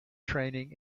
training